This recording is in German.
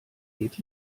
geht